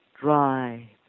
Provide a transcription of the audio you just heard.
dry